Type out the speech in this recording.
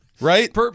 Right